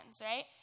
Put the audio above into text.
right